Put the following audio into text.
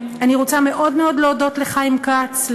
אני רוצה מאוד מאוד להודות לחיים כץ,